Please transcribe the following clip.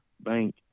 bank